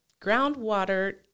groundwater